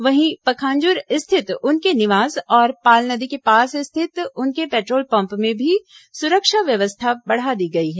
वहीं पखांजूर स्थित उनके निवास और पाल नदी के पास स्थित उनके पेट्रोल पम्प में भी सुरक्षा व्यवस्था बढ़ा दी गई है